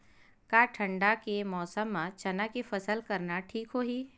का ठंडा के मौसम म चना के फसल करना ठीक होही?